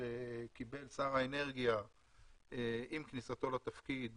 שקיבל שר האנרגיה עם כניסתו לתפקיד